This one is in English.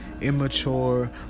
immature